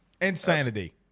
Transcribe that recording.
Insanity